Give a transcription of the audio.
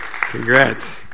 Congrats